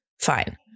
Fine